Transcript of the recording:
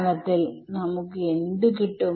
ഇത് നടക്കുമോ എന്ന് നോക്കാം